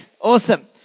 awesome